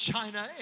China